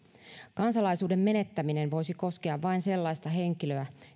kansalaisuuden menettäminen voisi koskea vain sellaista henkilöä